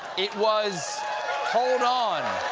it was hold on.